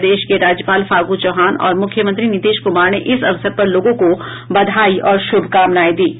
प्रदेश के राज्यपाल फागू चौहान और मुख्यमंत्री नीतीश कुमार ने इस अवसर पर लोगों को बधाई और शुभकामनाएं दी हैं